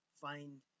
find